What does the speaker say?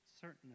certain